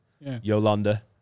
Yolanda